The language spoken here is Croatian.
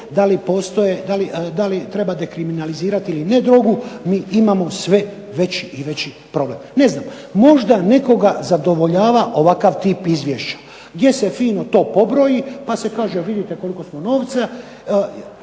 da li treba dekriminalizirati ili ne drogu mi imamo sve veći i veći problem. Ne znam, možda nekoga zadovoljava ovakav tip izvješća gdje se fino to pobroji pa se kaže vidite koliko smo novca